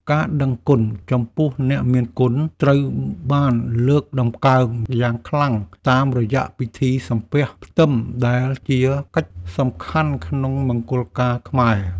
ការដឹងគុណចំពោះអ្នកមានគុណត្រូវបានលើកតម្កើងយ៉ាងខ្លាំងតាមរយៈពិធីសំពះផ្ទឹមដែលជាកិច្ចសំខាន់ក្នុងមង្គលការខ្មែរ។